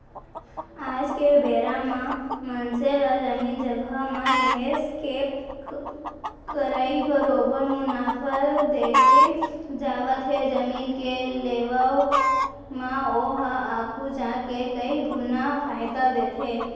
आज के बेरा म मनसे ला जमीन जघा म निवेस के करई बरोबर मुनाफा देके जावत हे जमीन के लेवब म ओहा आघु जाके कई गुना फायदा देथे